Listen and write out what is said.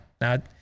Now